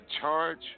charge